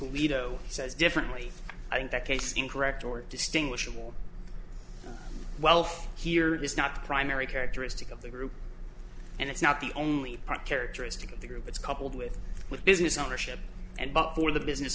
doe says differently i think that case is incorrect or distinguishable well here is not the primary characteristic of the group and it's not the only part characteristic of the group it's coupled with with business ownership and but for the business